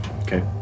Okay